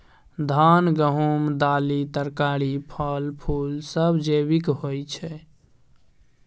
धान, गहूम, दालि, तरकारी, फल, फुल सब जैविक होई छै